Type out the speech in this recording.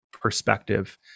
perspective